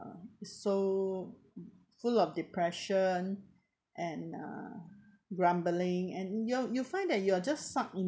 so full of depression and uh grumbling and you you find that you are just sucked in~